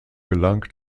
gelang